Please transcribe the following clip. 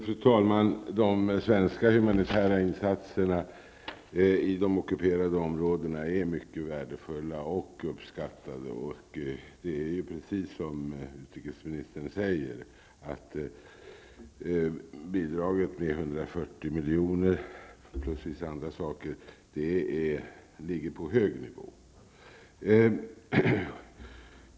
Fru talman! De svenska humanitära insatserna i de ockuperade områdena är mycket värdefulla och uppskattade. Det är precis som utrikesministern säger. Bidragen på 140 miljoner plus vissa andra saker ligger på hög nivå.